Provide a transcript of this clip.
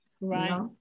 Right